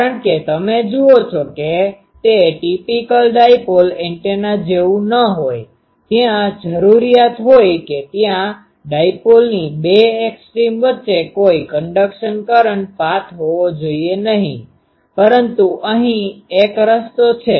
કારણ કે તમે જુઓ છો કે તે ટીપીકલ ડાઈપોલ એન્ટેના જેવું ન હોય ત્યાં જરૂરિયાત હોય કે ત્યાં ડાઈપોલની બે એક્સ્ટ્રીમextremesસીમા વચ્ચે કોઈ કંડક્સનconduction વહન કરંટ પાથ હોવો જોઈએ નહીં પરંતુ અહીં એક રસ્તો છે